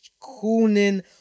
cooning